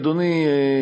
אדוני,